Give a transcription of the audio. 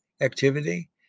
activity